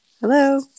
Hello